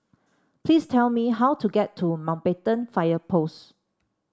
please tell me how to get to Mountbatten Fire Post